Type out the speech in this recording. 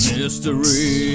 Mystery